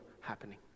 happening